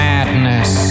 Madness